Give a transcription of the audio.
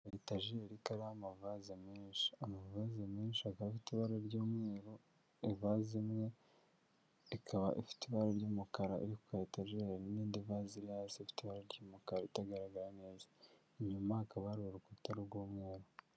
Akayetageri kariho amavaze menshi; amavaze menshi akaba afite ibara ry'umweru, ivaze imwe ikaba ifite ibara ry'umukara iri ku kayetageri n'indi vaze iri hasi ifite ibara ry'umukara itagaragara neza. Inyuma hakaba hari urukuta rw'umweru.